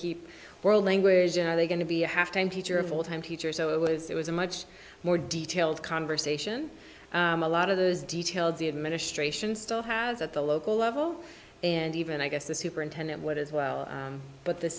keep world language and are they going to be a half time teacher of all time teachers so it was it was a much more detailed conversation a lot of those details the administration still has at the local level and even i guess the superintendent what as well but the